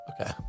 Okay